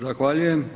Zahvaljujem.